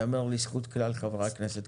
ייאמר לזכות כלל חברי הכנסת,